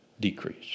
decrease